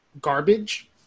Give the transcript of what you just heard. garbage